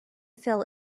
fell